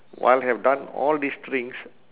while have done all this things